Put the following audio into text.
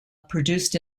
produced